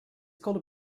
called